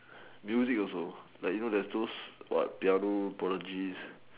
music also like you know like what piano prolog